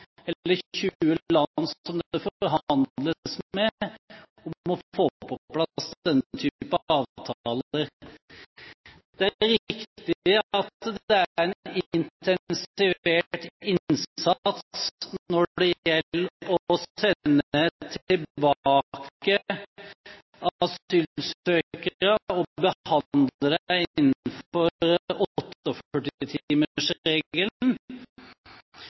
20 land som det forhandles med om å få på plass denne type avtaler. Det er riktig at det er en intensivert innsats når det gjelder å sende tilbake asylsøkere og behandle dem innenfor